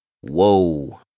Whoa